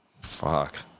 Fuck